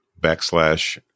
backslash